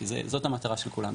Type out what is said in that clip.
כי זאת המטרה של כולנו.